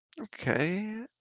Okay